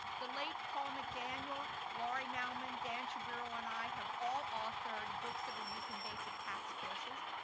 the late paul mcdaniel, laurie malman, dan shaviro, and i have all authored books that are used in basic tax courses.